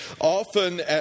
often